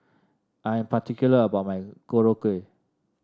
I'm particular about my Korokke